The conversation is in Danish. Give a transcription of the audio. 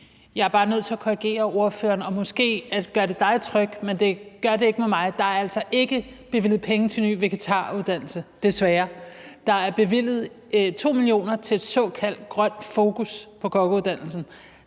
Jeg er bare nødt til at korrigere ordføreren. Måske gør det dig tryg, men det gør ikke mig tryg. Der er altså ikke bevilget penge til en ny vegetarkokkeuddannelse, desværre. Der er bevilget 2 mio. kr. til et såkaldt grønt fokus på kokkeuddannelsen.